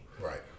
Right